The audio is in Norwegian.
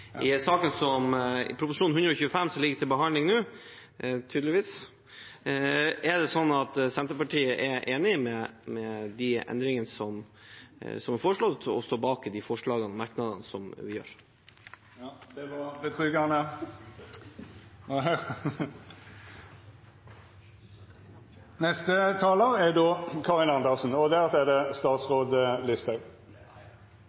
I Prop. 125 L for 2016–2017 som ligger til behandling nå – tydeligvis – er Senterpartiet enig i endringene som er foreslått, og står bak de forslagene og merknadene vi gjør. Det var godt å høyra. Det er mye det er enighet om i denne saken også, men det